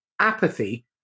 apathy